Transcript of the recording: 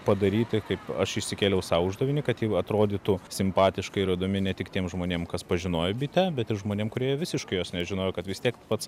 padaryti kaip aš išsikėliau sau uždavinį kad ji atrodytų simpatiška ir įdomi ne tik tiem žmonėm kas pažinojo bitę bet ir žmonėm kurie visiškai jos nežinojo kad vis tiek pats